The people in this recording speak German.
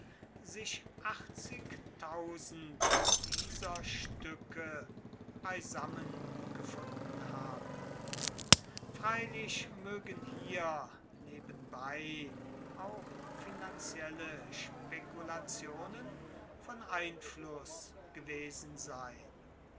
sich dieser stücke beisammen gefunden haben freilich mögen hier nebenbei auch finanzielle spekulationen von einfluß gewesen sein